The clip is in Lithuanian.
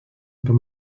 apie